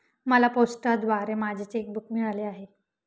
मला पोस्टाद्वारे माझे चेक बूक मिळाले आहे